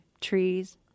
trees